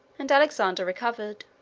and alexander recovered.